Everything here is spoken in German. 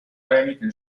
einigen